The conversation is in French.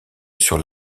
sur